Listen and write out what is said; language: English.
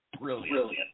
Brilliant